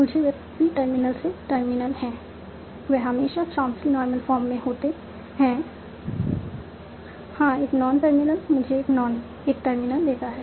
इसलिए वे pre terminal से टर्मिनल हैं वे हमेशा चॉम्स्की नॉर्मल फॉर्म में होते हैं हां एक नॉन टर्मिनल मुझे एक टर्मिनल देता है